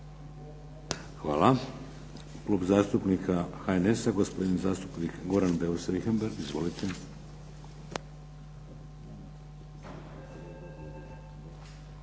Hvala. Klub zastupnika HNS-a, gospodin zastupnik Goran Beus Richembergh.